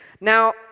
Now